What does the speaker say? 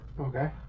Okay